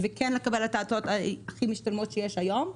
ולקבל את ההצעות הכי משתלמות שיש היום.